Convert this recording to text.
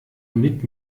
mit